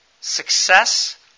success